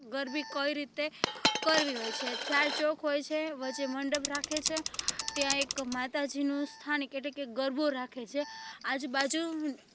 ગરબી કઈ રીતે કરવી હોય છે ચાર ચોક હોય છે વચ્ચે મંડપ રાખે છે ત્યાં એક માતાજીનું સ્થાન એક એટલે કે ગરબો રાખે છે આજુબાજુ